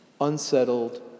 unsettled